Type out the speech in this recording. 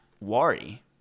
worry